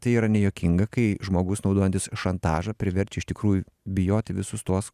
tai yra nejuokinga kai žmogus naudojantis šantažą priverčia iš tikrųjų bijoti visus tuos